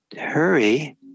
Hurry